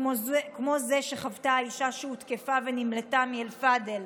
כמו זה שחוותה האישה שהותקפה ונמלטה מאלפדל,